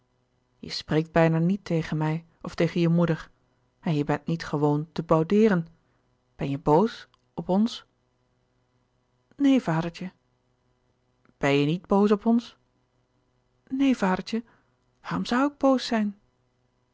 je spreekt bijna niet tegen mij of tegen je moeder en je bent niet gewoon te boudeeren ben je boos op ons neen vadertje ben je niet boos op ons neen vadertje waarom zoû ik boos zijn